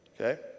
Okay